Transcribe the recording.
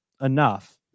enough